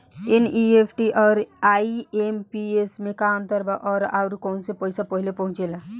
NEFT आउर IMPS मे का अंतर बा और आउर कौना से पैसा पहिले पहुंचेला?